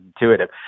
intuitive